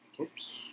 Oops